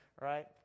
right